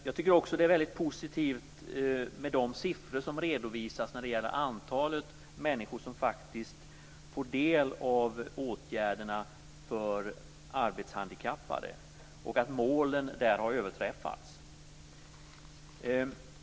Jag tycker också att det är väldigt positivt med de siffror som redovisas när det gäller antalet människor som faktiskt får del av åtgärderna för arbetshandikappade och att målen där har överträffats.